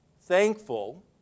thankful